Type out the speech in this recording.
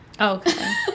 Okay